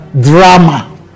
drama